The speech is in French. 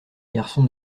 garçons